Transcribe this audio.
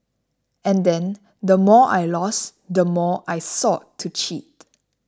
and then the more I lost the more I sought to cheat